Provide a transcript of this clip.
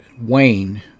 Wayne